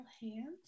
hands